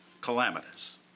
calamitous